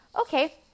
Okay